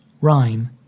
Rhyme